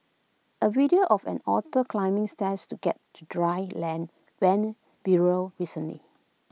A video of an otter climbing stairs to get to dry land went viral recently